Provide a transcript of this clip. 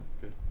Good